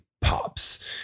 pops